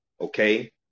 okay